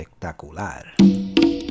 Espectacular